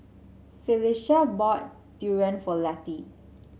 Phylicia bought Durian for Letty